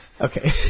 Okay